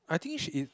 I think she is